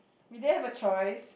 we didn't have a choice